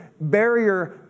barrier